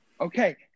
Okay